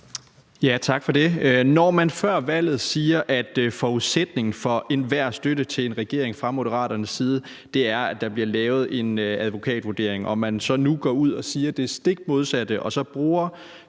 Tak for det. Når man før valget siger, at forudsætningen for enhver støtte til en regering fra Moderaternes side er, at der bliver lavet en advokatvurdering, og man så nu går ud og siger det stik modsatte og bruger